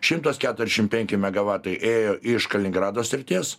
šimtas keturiasdešim penki megavatai ėjo iš kaliningrado srities